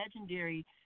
legendary